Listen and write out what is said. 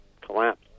collapse